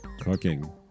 cooking